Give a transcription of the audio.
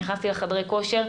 נכנסתי לחדרי כושר,